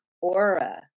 aura